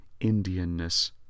Indianness